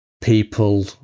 people